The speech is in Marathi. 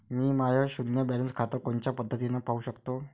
मी माय शुन्य बॅलन्स खातं कोनच्या पद्धतीनं पाहू शकतो?